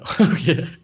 Okay